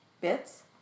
bits